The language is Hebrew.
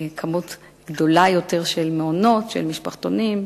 מספר גדול יותר של מעונות, של משפחתונים,